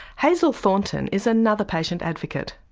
hazel thornton is another patient advocate.